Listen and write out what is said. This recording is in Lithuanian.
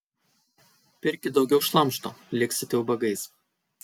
pirkit daugiau šlamšto liksite ubagais